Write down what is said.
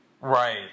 Right